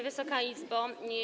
Wysoka Izbo!